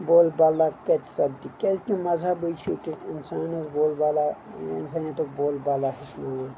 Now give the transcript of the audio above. بول بالہ کتہِ سپدِ کیٛازِ کہِ مذیبٕے چھُ انسانس بول بالہ انسٲنیتُک بول بالہ ہیٚچھناوان